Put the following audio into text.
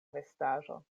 vestaĵo